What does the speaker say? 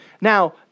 Now